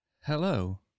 Hello